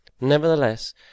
Nevertheless